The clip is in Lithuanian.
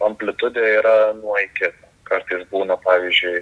amplitudė yra nuo iki kartais būna pavyzdžiui